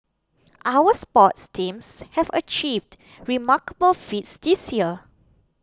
our sports teams have achieved remarkable feats this year